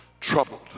Troubled